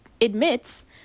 admits